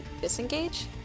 disengage